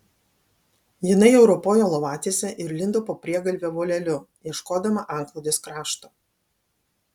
jinai jau ropojo lovatiese ir lindo po priegalvio voleliu ieškodama antklodės krašto